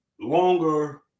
longer